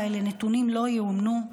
אלו נתונים שלא יאומנו.